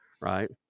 Right